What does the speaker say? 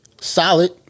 solid